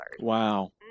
Wow